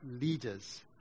leaders